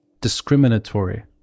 discriminatory